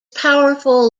powerful